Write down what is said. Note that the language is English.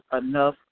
enough